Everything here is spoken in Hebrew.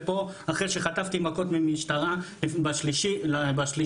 ב-3 בחודש.